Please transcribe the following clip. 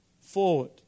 forward